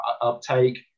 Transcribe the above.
uptake